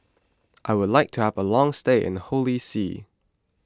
I would like to have a long stay in Holy See